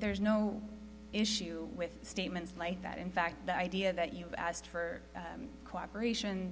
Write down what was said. there's no issue with statements like that in fact the idea that you've asked for cooperation